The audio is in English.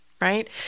right